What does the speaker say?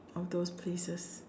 of those places